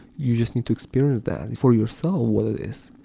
you just need to experience that for yourself what it is,